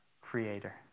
creator